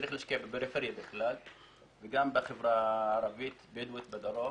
צריך להשקיע בפריפריה בכלל וגם בחברה הערבית-הבדואית בדרום